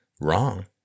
wrong